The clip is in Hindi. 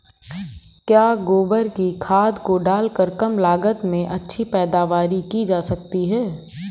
क्या गोबर की खाद को डालकर कम लागत में अच्छी पैदावारी की जा सकती है?